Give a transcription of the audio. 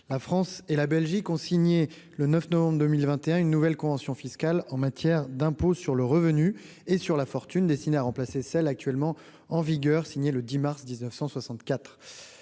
la France et la Belgique ont signé le 9 novembre 2021, une nouvelle convention fiscale en matière d'impôt sur le revenu et sur la fortune, destiné à remplacer celle actuellement en vigueur, signé le 10 mars 1964